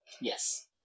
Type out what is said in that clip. Yes